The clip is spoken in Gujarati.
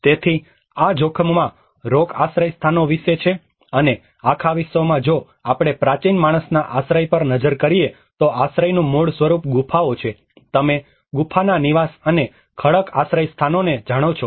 તેથી આ જોખમમાં રોક આશ્રયસ્થાનો વિશે છે અને આખા વિશ્વમાં જો આપણે પ્રાચીન માણસના આશ્રય પર નજર કરીએ તો આશ્રયનું મૂળ સ્વરૂપ ગુફાઓ છે તમે ગુફાના નિવાસ અને ખડક આશ્રયસ્થાનોને જાણો છો